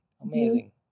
Amazing